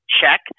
check